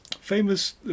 famous